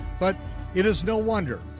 but it is no wonder.